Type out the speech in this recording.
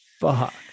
fuck